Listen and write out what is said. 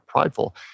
prideful